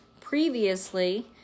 previously